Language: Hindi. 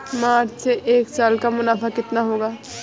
मिर्च से एक साल का मुनाफा कितना होता है?